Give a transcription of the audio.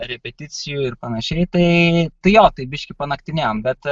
repeticijų ir panašiai tai tai jo tai biškį panaktinėjom bet